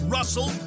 Russell